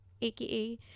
aka